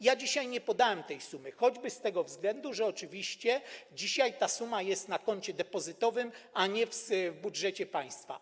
Ja dzisiaj nie podałem tej sumy, choćby z tego względu, że dzisiaj ta suma jest na koncie depozytowym, a nie w budżecie państwa.